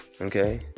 Okay